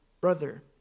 brother